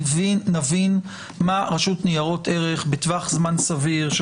נבין מה רשות ניירות ערך בטווח זמן סביר של